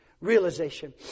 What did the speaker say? Realization